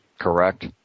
correct